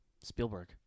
Spielberg